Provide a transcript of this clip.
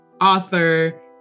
author